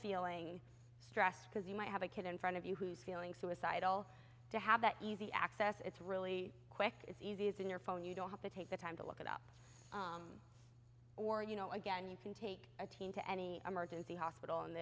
feeling stressed because you might have a kid in front of you who's feeling suicidal to have that easy access it's really quick it's easy it's in your phone you don't have to take the time to look it up or you know again you can take a team to any emergency hospital and